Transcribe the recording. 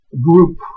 group